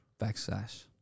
Backslash